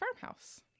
farmhouse